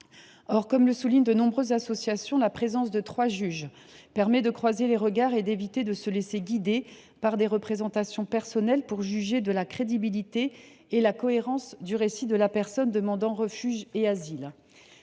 Or, comme le soulignent de nombreuses associations, la présence de trois juges permet de croiser les regards et d’éviter de se laisser guider par des représentations personnelles pour juger de la crédibilité et la cohérence du récit de la personne demandant refuge et asile.